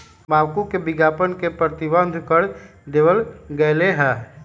तंबाकू के विज्ञापन के प्रतिबंध कर देवल गयले है